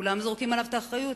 כולם זורקים עליו את האחריות.